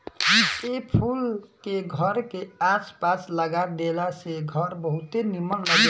ए फूल के घर के आस पास लगा देला से घर बहुते निमन लागेला